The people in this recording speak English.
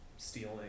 stealing